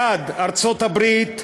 בעד: ארצות-הברית,